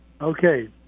okay